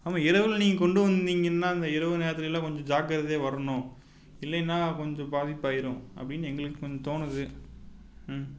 ஆமாம் ஏதோ ஒன்று நீங்கள் கொண்டு வந்திங்கன்னால் அந்த இரவு நேரத்திலயெல்லாம் கொஞ்சம் ஜாக்கிரதையாக வரணும் இல்லைனா கொஞ்சம் பாதிப்பாயிடும் அப்படின்னு எங்களுக்கு வந்து தோணுது ம்